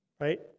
Right